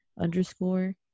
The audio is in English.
underscore